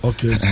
Okay